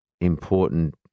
important